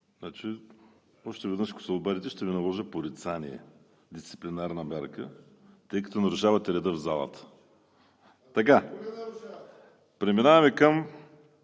Още веднъж ако се обадите, ще Ви наложа порицание – дисциплинарна мярка, тъй като нарушавате реда в залата. Преминаваме към